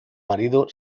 marido